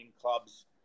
clubs